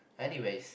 anyways